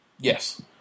Yes